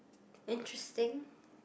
interesting